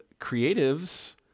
creatives